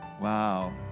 wow